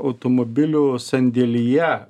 automobilių sandėlyje